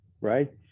right